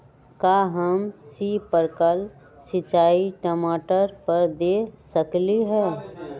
का हम स्प्रिंकल सिंचाई टमाटर पर दे सकली ह?